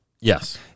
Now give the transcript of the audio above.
yes